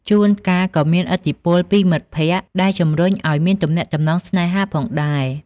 ជួនកាលក៏មានឥទ្ធិពលពីមិត្តភក្តិដែលជម្រុញឲ្យមានទំនាក់ទំនងស្នេហាផងដែរ។